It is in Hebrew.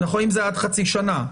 אם זה עוד חצי שנה.